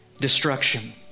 destruction